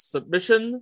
Submission